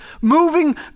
moving